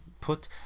put